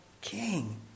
king